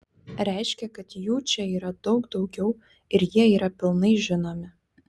reiškia kad jų čia yra daug daugiau ir jie yra pilnai žinomi